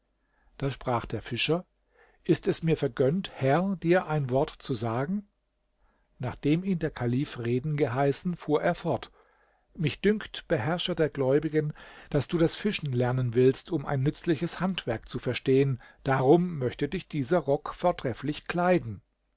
da sprach der fischer ist es mir vergönnt herr dir ein wort zu sagen nachdem ihn der kalif reden geheißen fuhr er fort mich dünkt beherrscher der gläubigen daß du das fischen lernen willst um ein nützliches handwerk zu verstehen darum möchte dich dieser rock vortrefflich kleiden